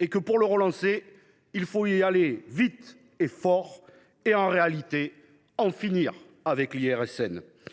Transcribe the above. et que, pour relancer ce secteur, il fallait y aller vite et fort – en réalité, en finir avec l’IRSN.